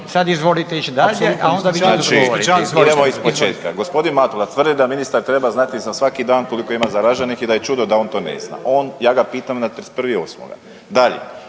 odgovoriti. **Borić, Josip (HDZ)** Idemo iz početka, g. Matula tvrdi da ministar treba znati za svaki dan koliko ima zaraženih i da je čudo da on to ne zna. Ja ga pitam na 31.8. Dalje,